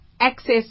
Access